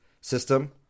System